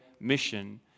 mission